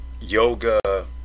yoga